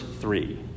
three